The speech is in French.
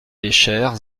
léchère